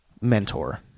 mentor